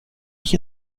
ich